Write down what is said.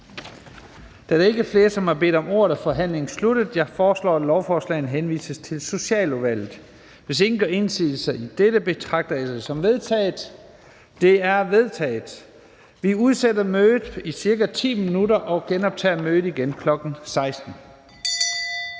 Da der ikke er flere, som har bedt om ordet, er forhandlingen sluttet. Jeg foreslår, at lovforslagene henvises til Socialudvalget. Hvis ingen gør indsigelser mod dette, betragter jeg det som vedtaget. Det er vedtaget. Vi udsætter mødet i cirka 10 minutter og genoptager mødet kl. 16.00.